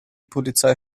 polizei